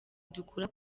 dukura